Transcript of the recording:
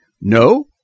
No